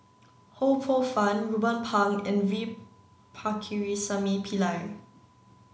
Ho Poh Fun Ruben Pang and V Pakirisamy Pillai